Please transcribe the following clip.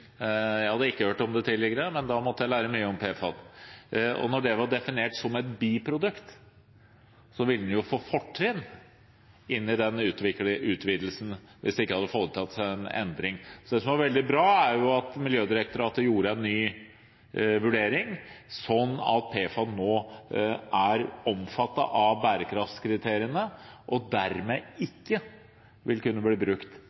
jeg hadde ikke hørt om det tidligere, men da måtte jeg lære mye om PFAD – sånn at det ble definert som et biprodukt, ville det fått fortrinn i denne utvidelsen hvis det ikke hadde blitt foretatt en endring. Det som er veldig bra, er at Miljødirektoratet gjorde en ny vurdering, sånn at PFAD nå er omfattet av bærekraftskriteriene og dermed ikke vil kunne bli brukt